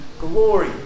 glory